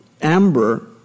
amber